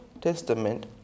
Testament